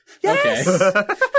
Yes